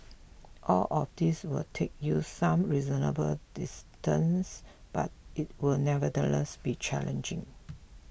all of these will take you some reasonable distance but it will nevertheless be challenging